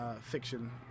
fiction